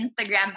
Instagram